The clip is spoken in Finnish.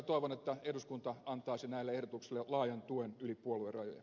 toivon että eduskunta antaisi näille ehdotuksille laajan tuen yli puoluerajojen